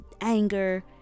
anger